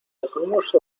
dejamos